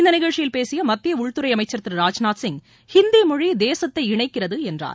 இந்த நிகழ்ச்சியில் பேசிய மத்திய உள்துறை அமைச்சர் திரு ராஜ்நாத்சிங் ஹிந்தி மொழி தேசத்தை இணைக்கிறது என்றார்